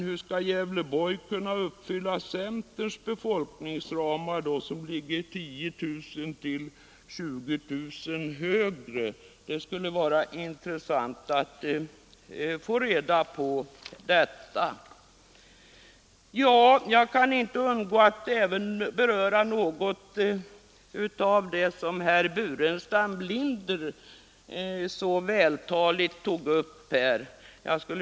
Hur skall då Gävleborg kunna uppfylla centerns befolkningsramar, som ligger 10 000 eller 20 000 högre? Det skulle vara intressant att få ett svar på den frågan. Sedan kan jag inte underlåta att också något beröra vad herr Burenstam Linder så vältaligt tog upp här.